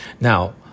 Now